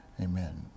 amen